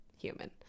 human